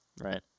Right